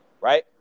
right